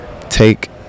take